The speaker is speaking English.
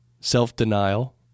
self-denial